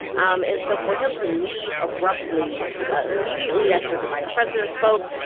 um and so for him to leave abruptly immediately after the vice president spoke,